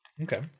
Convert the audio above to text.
Okay